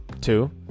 two